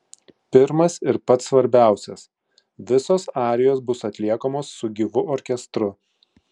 pirmas ir pats svarbiausias visos arijos bus atliekamos su gyvu orkestru